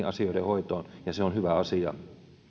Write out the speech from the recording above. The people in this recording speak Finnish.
asioiden hoitoon ja se on hyvä asia